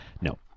No